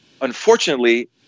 unfortunately